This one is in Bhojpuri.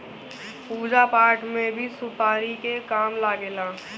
पूजा पाठ में भी सुपारी के काम लागेला